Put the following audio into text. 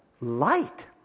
Light